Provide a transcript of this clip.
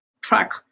track